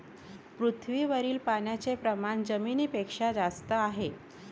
पृथ्वीवरील पाण्याचे प्रमाण जमिनीपेक्षा जास्त आहे